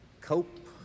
cope